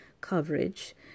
coverage